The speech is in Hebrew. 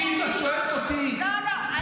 לא, לא.